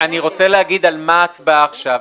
אני רוצה להגיד על מה ההצבעה עכשיו.